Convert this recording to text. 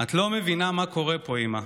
את לא מבינה מה קורה פה, אימא,